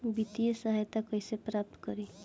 वित्तीय सहायता कइसे प्राप्त करी?